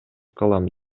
кылам